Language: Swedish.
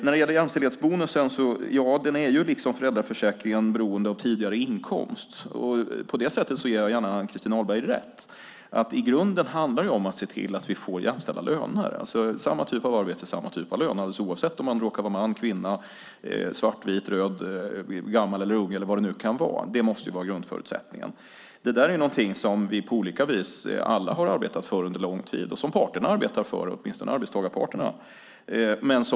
När det gäller jämställdhetsbonusen är den, liksom föräldraförsäkringen, beroende av tidigare inkomst. På det sättet ger jag gärna Ann-Christin Ahlberg rätt: I grunden handlar det om att se till att vi får jämställda löner. Samma typ av arbete ska ge samma typ av lön, oavsett om man råkar vara man eller kvinna, svart, vit eller röd, gammal eller ung. Det måste vara grundförutsättningen. Det där är någonting som vi på olika vis alla har arbetat för under lång tid och som åtminstone arbetstagarparterna har arbetat för.